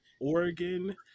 Oregon